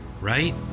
right